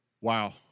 Wow